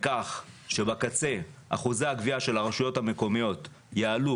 בכך שבקצה אחוזי הגבייה של הרשויות המקומיות יעלו,